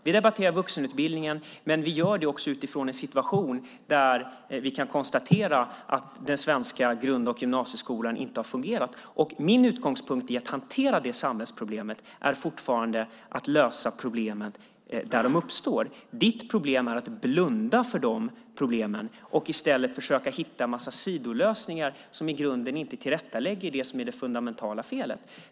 Vi debatterar vuxenutbildningen, men vi gör det också utifrån en situation där vi kan konstatera att den svenska grund och gymnasieskolan inte har fungerat. Min utgångspunkt när det gäller att hantera det samhällsproblemet är fortfarande att lösa problemen där de uppstår. Du blundar för de problemen och försöker i stället hitta en massa sidolösningar som i grunden inte tillrättalägger det som är det fundamentala felet.